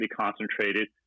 concentrated